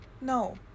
No